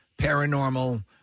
paranormal